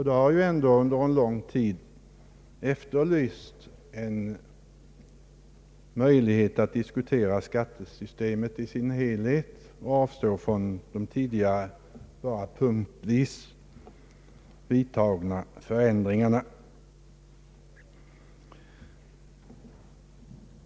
Det har dock under lång tid efterlysts en möjlighet att diskutera skattesystemet i dess helhet och avstå från att punktvis vidta förändringar.